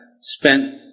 spent